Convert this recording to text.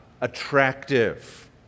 attractive